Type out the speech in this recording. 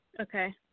Okay